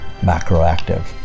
Macroactive